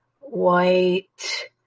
white